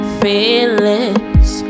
feelings